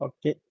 Okay